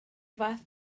fath